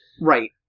Right